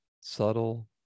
Subtle